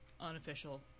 unofficial